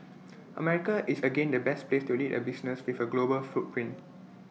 America is again the best place to lead A business with A global footprint